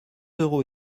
euros